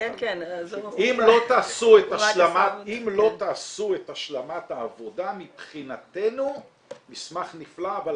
אם לא תעשו את השלמת העבודה מבחינתנו מסמך נפלא אבל